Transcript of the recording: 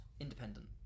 Independent